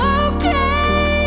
okay